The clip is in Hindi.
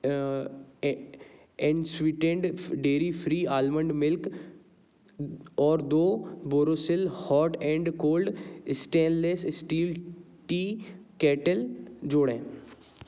एंड सीटेंट डेयरी फ़्री आलमंड मिल्क और दो Borosil hot and cold stainless steel kettle जोड़ें